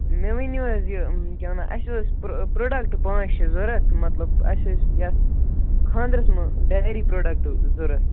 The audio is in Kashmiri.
مےٚ ؤنِو حظ یہِ کیٛاہ وَنان اَسہِ اوس پرٛو پرٛوڈَکٹ پانٛژھ شےٚ ضوٚرَتھ مطلب اَسہِ ٲسۍ یَتھ خانٛدرَس منٛز ڈیری پرٛوڈَکٹ ضوٚرَتھ